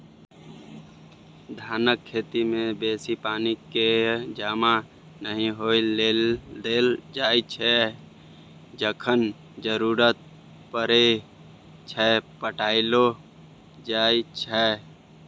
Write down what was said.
धानक खेती मे बेसी पानि केँ जमा नहि होइ लेल देल जाइ छै जखन जरुरत परय छै पटाएलो जाइ छै